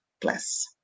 bless